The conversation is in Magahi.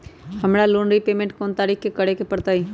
हमरा लोन रीपेमेंट कोन तारीख के करे के परतई?